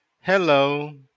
Hello